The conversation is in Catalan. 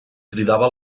cridava